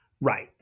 Right